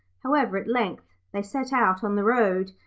however, at length they set out on the road,